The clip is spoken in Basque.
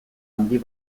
handi